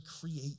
create